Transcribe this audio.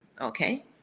Okay